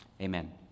Amen